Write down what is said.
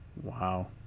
Wow